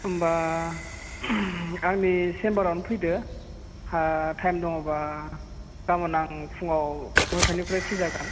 होनबा आंनि सेम्बार आवनो फैदो टाइम दङबा गाबोन आं फुङाव नयतानिफ्राय फ्रि जागोन